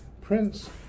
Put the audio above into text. prince